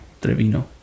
Trevino